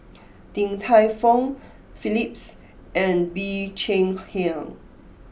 Din Tai Fung Phillips and Bee Cheng Hiang